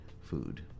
food